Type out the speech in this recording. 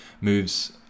moves